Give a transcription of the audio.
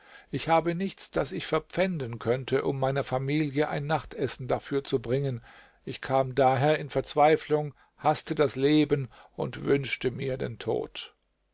ich habe nichts das ich verpfänden könnte um meiner familie ein nachtessen dafür zu bringen ich kam daher in verzweiflung haßte das leben und wünschte mir den tod